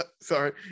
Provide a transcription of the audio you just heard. sorry